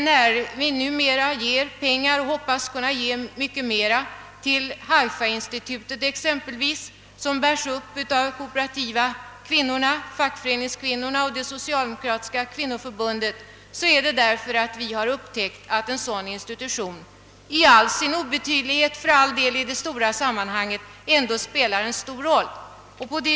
När vi nu ger ut pengar — och hoppas kunna ge mycket mera — till Haifainstitutet, som bärs upp av kooperativkvinnor, fackföreningskvinnor och Socialdemokratiska kvinnoförbundet, så är det därför att vi har upptäckt att den institutionen, som för all del i det stora sammanbanget är rätt obetydlig, ändå spelar stor roll.